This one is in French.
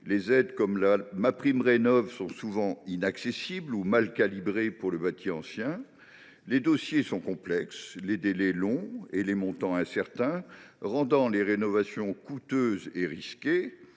Les aides comme MaPrimeRénov’ sont souvent inaccessibles ou mal calibrées pour le bâti ancien ; les dossiers sont complexes, les délais longs et les montants incertains, rendant les rénovations coûteuses et risquées.